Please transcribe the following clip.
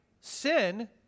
sin